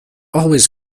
always